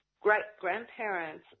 great-grandparents